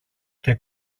και